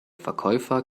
verkäufer